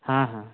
ହଁ ହଁ